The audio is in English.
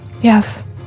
Yes